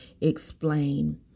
explain